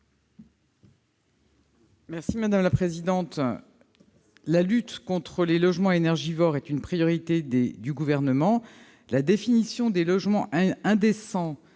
est à Mme la ministre. La lutte contre les logements énergivores est une priorité du Gouvernement. La définition des logements indécents